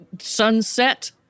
Sunset